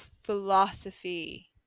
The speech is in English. philosophy